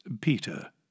Peter